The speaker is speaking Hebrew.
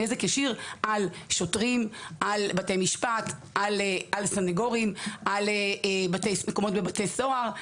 זהו נזק ישיר על שוטרים; על בתי משפט; על סנגורים; על מקומות בבתי סוהר,